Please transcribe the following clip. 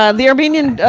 ah the armenian,